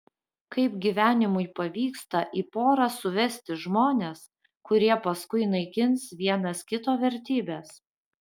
kaip gyvenimui pavyksta į porą suvesti žmones kurie paskui naikins vienas kito vertybes